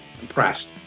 impressed